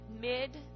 mid